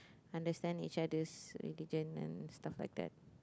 understand each others religion and stuff like that